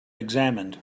examined